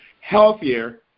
healthier